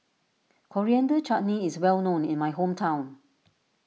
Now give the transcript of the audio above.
Coriander Chutney is well known in my hometown